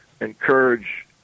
encourage